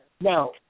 Now